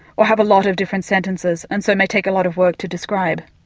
or have a lot of different sentences and so may take a lot of work to describe.